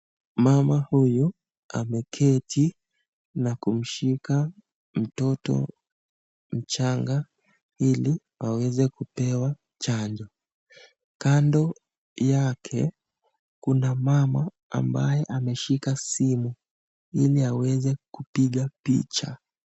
Mama huyu ameeati na kumshika mtoto mchanga ili aweze kupewa chanjo, kando yake kuna mama ambaye ameshika simu ili aweze kupiga picha.